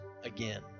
again